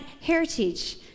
heritage